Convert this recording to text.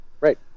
right